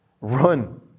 run